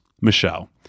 Michelle